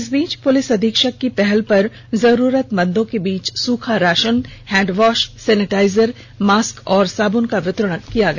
इस बीच पुलिस अधीक्षक की पहल पर जरूरत मंदो के बीच सूखा राषन हैंडवाष सेनेटाइजर मास्क और साबुन का वितरण किया गया